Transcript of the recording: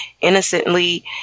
innocently